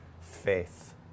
faith